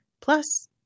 Plus